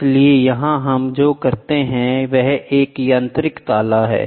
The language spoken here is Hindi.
इसलिए यहां हम जो करते हैं वह एक यांत्रिक ताला है